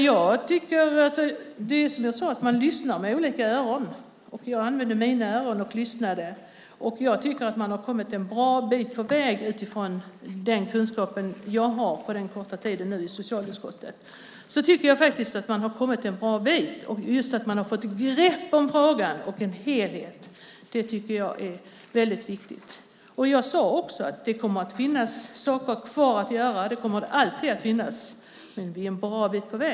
Fru talman! Som jag sade lyssnar man med olika öron. Jag använde mina öron och lyssnade. Jag tycker att man har kommit en bra bit på väg. Utifrån den kunskap jag har efter min korta tid i socialutskottet tycker jag faktiskt att man har kommit en bra bit. Man har fått grepp om frågan och en helhetssyn. Det tycker jag är väldigt viktigt. Jag sade också att det kommer att finnas saker kvar att göra. Det kommer det alltid att finnas, men vi är en bra bit på väg.